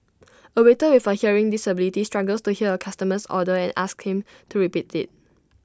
A waiter with A hearing disability struggles to hear A customer's order and asks him to repeat IT